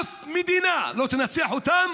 אף מדינה לא תנצח אותם